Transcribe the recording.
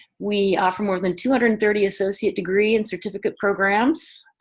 we offer more than two hundred and thirty associate degree and certificate programs.